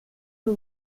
het